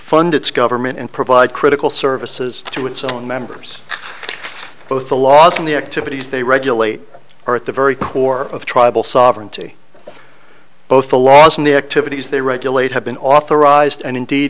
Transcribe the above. fund its government and provide critical services to its own members both the laws and the activities they regulate or at the very core of tribal sovereignty both the laws and the activities they regulate have been authorized and indeed